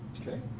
Okay